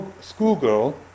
schoolgirl